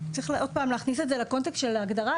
צריך עוד פעם להכניס את זה לקונטקסט של ההגדרה.